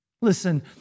Listen